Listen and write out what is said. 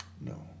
no